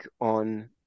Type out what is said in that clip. on